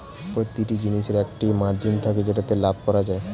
প্রতিটি জিনিসের একটা মার্জিন থাকে যেটাতে লাভ করা যায়